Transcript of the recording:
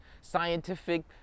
scientific